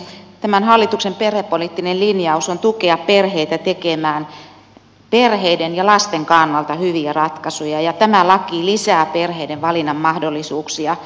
tämän hallituksen perhepoliittinen linjaus on tukea perheitä tekemään perheiden ja lasten kannalta hyviä ratkaisuja ja tämä laki lisää perheiden valinnanmahdollisuuksia